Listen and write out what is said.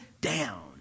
down